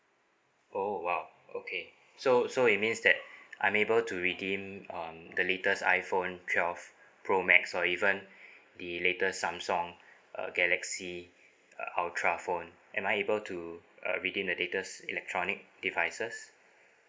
oh !wow! okay so so it means that I'm able to redeem um the latest iPhone twelve pro max or even the latest Samsung uh galaxy uh ultra phone am I able to uh redeem the latest electronic devices